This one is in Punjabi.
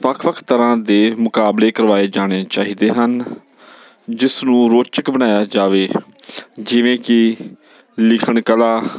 ਵੱਖ ਵੱਖ ਤਰ੍ਹਾਂ ਦੇ ਮੁਕਾਬਲੇ ਕਰਵਾਏ ਜਾਣੇ ਚਾਹੀਦੇ ਹਨ ਜਿਸ ਨੂੰ ਰੋਚਕ ਬਣਾਇਆ ਜਾਵੇ ਜਿਵੇਂ ਕਿ ਲਿਖਣ ਕਲਾ